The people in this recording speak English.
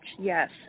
Yes